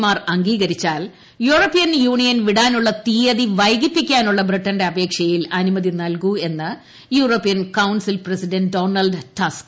മാർ അംഗീകരിച്ചാൽ European Union വിടാനുളള തീയതി വൈകിപ്പിക്കാനുളള ബ്രിട്ടന്റെ അപേക്ഷയിൽ അനുമതി നൽകൂവെന്ന് European council president Donald Tusk